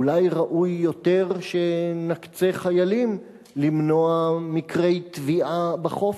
אולי ראוי יותר שנקצה חיילים למנוע מקרי טביעה בחוף,